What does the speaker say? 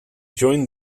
joined